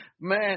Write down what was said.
Man